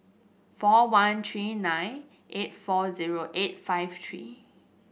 four one three nine eight four zero eight five three